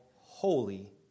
Holy